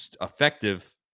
effective